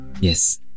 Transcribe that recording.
Yes